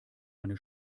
eine